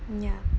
ya